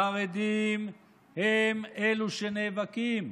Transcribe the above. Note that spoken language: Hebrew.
החרדים הם שנאבקים.